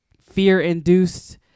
fear-induced